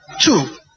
Two